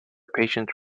patients